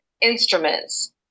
instruments